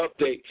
update